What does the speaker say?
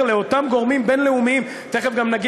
כאשר אתה אומר לאותם גורמים בין-לאומיים תכף נגיע